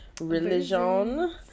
religion